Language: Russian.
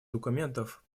документов